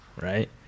right